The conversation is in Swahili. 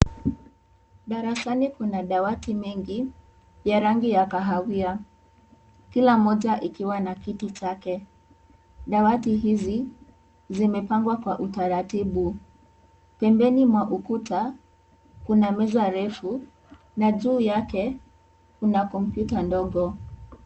Darasani kuna dawati mengi, ya rangi ya kahawia, kila mmoja ikiwa na kiti chake. Dawati hizi, zimepangwa kwa utaratibu. Pembeni mwa ukuta, kuna meza refu na juu yake, kuna kompyuta ndogo.